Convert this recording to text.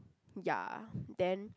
ya then